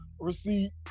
receipt